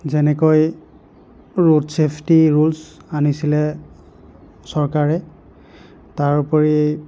যেনেকৈ road safety rules আনিছিলে চৰকাৰে তাৰ উপৰি